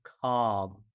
calm